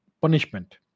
punishment